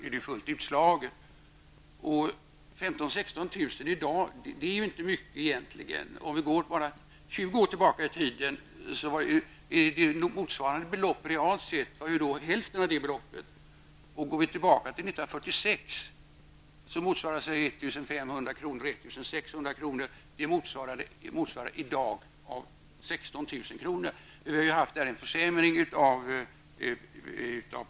15 000--16 000 kr. är i dag inte mycket. För tjugo år sedan var motsvarande belopp realt sett bara hälften så stort. I 1946 års penningvärde motsvarade 1 500--1 600 kronor 16 000 kronor i dagens penningvärde.